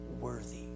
worthy